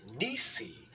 Nisi